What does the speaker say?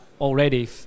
already